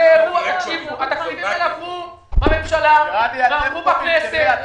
התקנות האלו עברו בממשלה, עברו בכנסת.